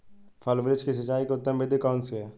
फल वृक्ष की सिंचाई की उत्तम विधि कौन सी है?